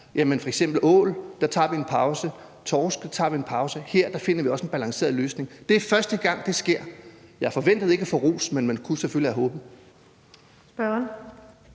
f.eks. ål tager vi en pause og med torsk tager vi en pause. Her finder vi også en balanceret løsning. Det er første gang, det sker. Jeg forventede ikke at få ros, men man kunne selvfølgelig have håbet.